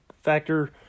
factor